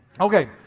Okay